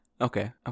Okay